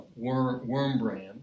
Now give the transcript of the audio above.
Wormbrand